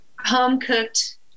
home-cooked